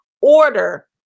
order